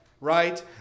right